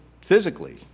physically